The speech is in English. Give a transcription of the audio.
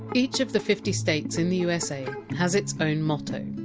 each of the fifty states in the usa has its own motto.